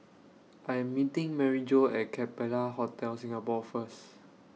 I Am meeting Maryjo At Capella Hotel Singapore First